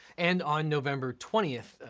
and on november twentieth,